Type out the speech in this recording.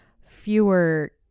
fewer